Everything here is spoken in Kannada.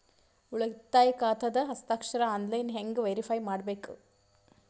ಉಳಿತಾಯ ಖಾತಾದ ಹಸ್ತಾಕ್ಷರ ಆನ್ಲೈನ್ ಹೆಂಗ್ ವೇರಿಫೈ ಮಾಡಬೇಕು?